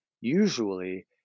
usually